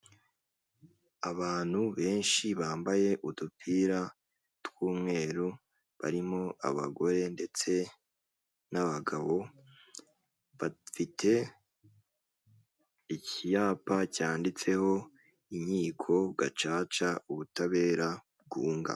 Abantu benshi bambaye udupira tw'umweru, barimo abagore ndetse n'abagabo, bafite icyapa cyanditseho inkiko gacaca ubutabera bwunga.